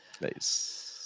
nice